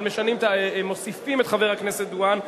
אבל מוסיפים את חבר הכנסת דואן.